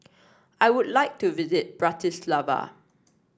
I would like to visit Bratislava